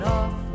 off